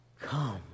Come